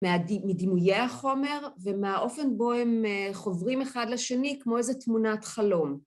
מדימויי החומר ומהאופן בו הם חוברים אחד לשני כמו איזה תמונת חלום.